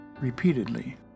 repeatedly